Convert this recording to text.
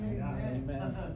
amen